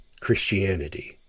Christianity